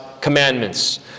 commandments